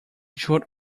short